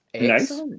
Nice